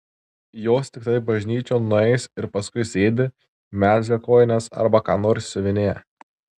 jos tiktai bažnyčion nueis ir paskui sėdi mezga kojines arba ką nors siuvinėja